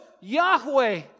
Yahweh